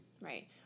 Right